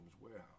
warehouse